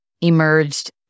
emerged